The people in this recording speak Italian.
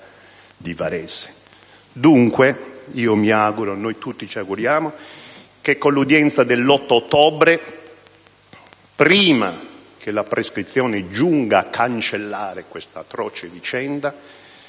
di Varese. Noi tutti ci auguriamo che, con l'udienza dell'8 ottobre, prima che la prescrizione giunga a cancellare questa atroce vicenda,